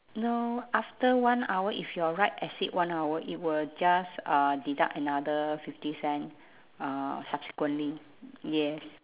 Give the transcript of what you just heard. no after one hour if your ride exceed one hour it will just uh deduct another fifty cent uh subsequently yes